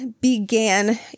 began